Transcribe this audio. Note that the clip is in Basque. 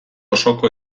osoko